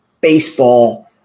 baseball